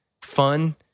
fun